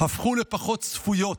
הפכו לפחות צפויות,